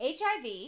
HIV